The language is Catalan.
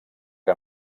que